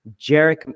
Jarek